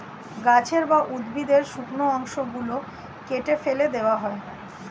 গাছের বা উদ্ভিদের শুকনো অংশ গুলো কেটে ফেটে দেওয়া হয়